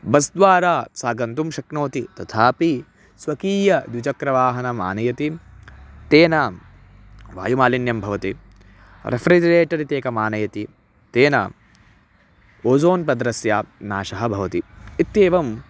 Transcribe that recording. बस्द्वारा सा गन्तुं शक्नोति तथापि स्वकीय द्विचक्रवाहनम् आनयति तेन वायुमालिन्यं भवति रेफ़्रिजिरेटर् इति एकम् आनयति तेन ओज़ोन् पद्रस्य नाशः भवति इत्येवम्